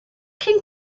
can